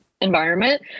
environment